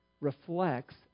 reflects